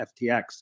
FTX